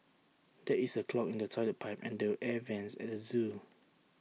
there is A clog in the Toilet Pipe and the air Vents at the Zoo